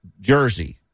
jersey